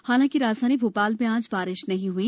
हालांकि राजधानी भोपाल में आज बारिश नहीं हई